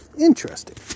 interesting